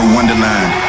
Wonderland